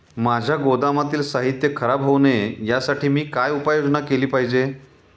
माझ्या गोदामातील साहित्य खराब होऊ नये यासाठी मी काय उपाय योजना केली पाहिजे?